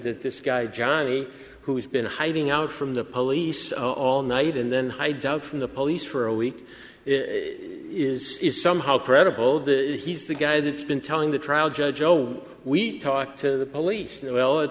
that this guy johnny who's been hiding out from the police all night and then hides out from the police for a week is is somehow credible that he's the guy that's been telling the trial judge oh we talked to the police well it